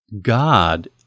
God